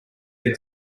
are